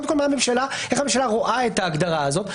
קודם כול איך הממשלה רואה את ההגדרה הזאת.